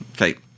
Okay